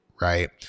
right